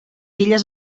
illes